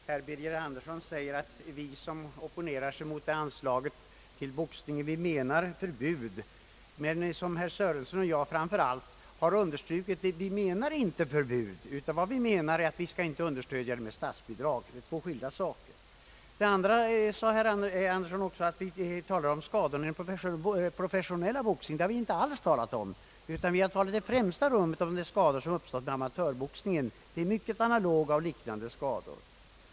Herr talman! För det första säger herr Birger Andersson att vi som opponerar oss mot anslaget till boxningen syftar till ett förbud, men som herr Sörenson och jag framför allt har understrukit syftar vi inte till förbud, utan vad vi menar är att man inte skall understödja amatörboxningen med statsbidrag. Det är två skilda saker. För det andra sade herr Andersson att vi talar om skador i den professio nella boxningen. Det har vi inte alls gjort, utan vad vi i främsta rummet har talat om är de skador som uppstår i amatörboxningen, och de är i hög grad analoga med de skador som förekommer i professionell boxning.